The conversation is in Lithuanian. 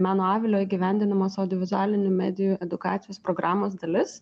meno avilio įgyvendinamos audiovizualinių medijų edukacijos programos dalis